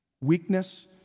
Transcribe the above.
weakness